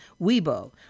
Weibo